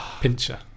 Pincher